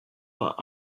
what